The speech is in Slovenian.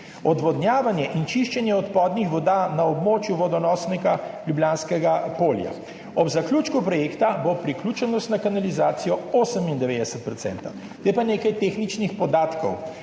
odvodnjavanje in čiščenje odpadnih voda na območju vodonosnega Ljubljanskega polja. Ob zaključku projekta bo priključenost na kanalizacijo 98 %. Zdaj pa nekaj tehničnih podatkov,